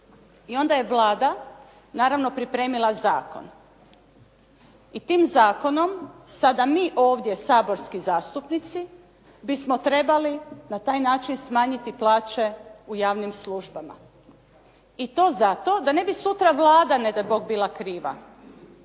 I onda je Vlada naravno pripremila zakon i tim zakonom sada mi ovdje saborski zastupnici bismo trebali na taj način smanjiti plaće u javnim službama i to zato da ne bi sutra Vlada ne daj Bog bila kriva.